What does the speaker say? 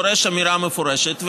נדרשת אמירה מפורשת.